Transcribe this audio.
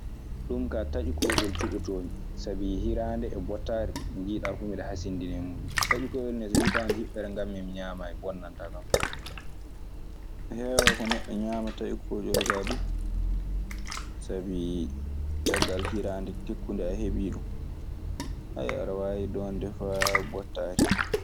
Ɗun kaa taƴi kooƴol cuɓotoomi; sabi hiraande e bottaari nde njiiɗaa fuu mi ɗe hassidini e muuɗum. Taƴi kooyol nee so hitaande ngammi mi ñamayi bonnanatakan fay huunde. Heewaa ko neɗɗo ñaamata taƴi kooƴol kaa du. Sabi caggal hiraande takkunde a heɓii ɗun, aɗe waawi doomde faa bottaari.